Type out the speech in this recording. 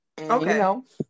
Okay